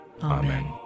Amen